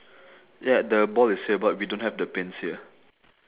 ya the ball is here but we don't have the pins here